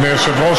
אדוני היושב-ראש,